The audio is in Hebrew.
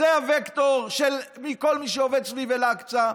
זה הווקטור של כל מי שעובד סביב אל-אקצא.